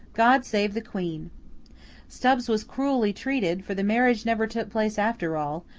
god save the queen stubbs was cruelly treated for the marriage never took place after all,